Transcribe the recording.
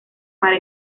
para